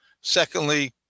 Secondly